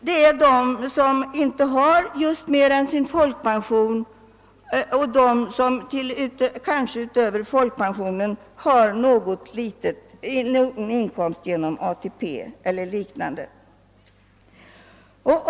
Det gäller dem som inte har stort mer än sin folkpension, och dem som förutom folkpensio nen har en liten inkomst genom ATP eller liknande.